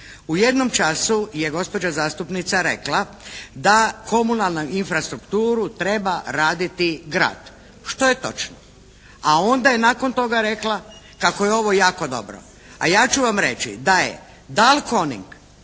U jednom času je gospođa zastupnica rekla da komunalnu infrastrukturu treba raditi grad, što je točno. A onda je nakon toga rekla kako je ovo jako dobro. A ja ću vam reći da je "Dalkoning"